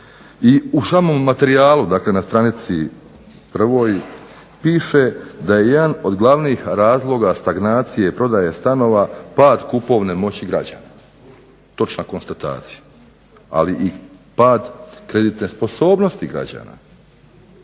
I u samom materijalu, dakle na stranici 1. piše da je jedan od glavnih razloga stagnacije prodaje stanova pad kupovne moći građana. Točna konstatacija. Ali i pad kreditne sposobnosti građana.